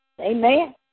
Amen